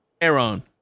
Aaron